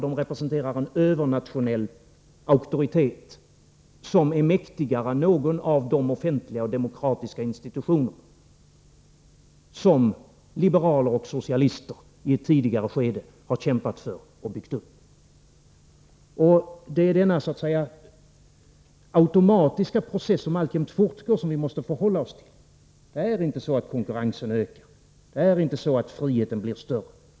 De representerar en övernationell auktoritet, som är mäktigare än någon av de offentliga och demokratiska institutioner som liberaler och socialister i ett tidigare skede har kämpat för och byggt upp. Det är denna alltjämt fortgående automatiska process som vi måste förhålla oss till. Det är inte så att konkurrensen ökar och friheten blir större.